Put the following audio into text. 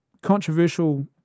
controversial